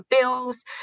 bills